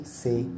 say